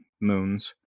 moons